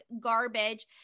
garbage